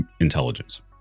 intelligence